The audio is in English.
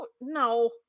no